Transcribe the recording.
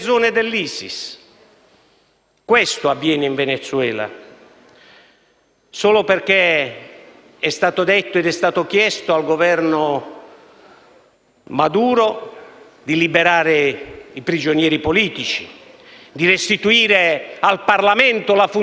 perché quello che oggi succede in Venezuela è nato con la dittatura di Chavez e con una politica economica che dal 1999 ha distrutto quel Paese attraverso un centralismo statale, un'autarchia e politiche ostili all'impresa privata.